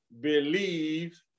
believe